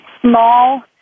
small